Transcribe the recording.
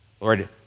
Lord